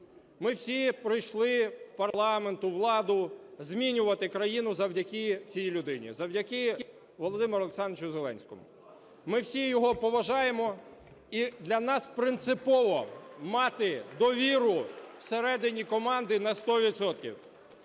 Ми всі прийшли в парламент, у владу змінювати країну завдяки цій людині – завдяки Володимиру Олександровичу Зеленському. Ми всі його поважаємо. І для нас принципово мати довіру всередині команди на сто